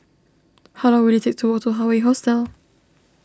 how long will it take to walk to Hawaii Hostel